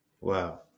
Wow